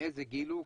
מאיזה גיל הוא,